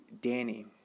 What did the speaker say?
Danny